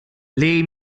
lei